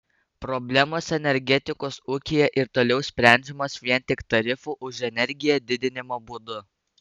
problemos energetikos ūkyje ir toliau sprendžiamos vien tik tarifų už energiją didinimo būdu